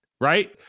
right